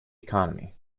economy